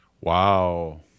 Wow